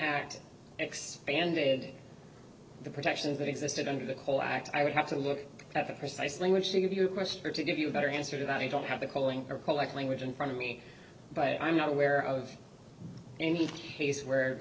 act expanded the protections that existed under the cole act i would have to look at the precise language to give you a question or to give you a better answer to that i don't have the calling or collect language in front of me but i'm not aware of any case where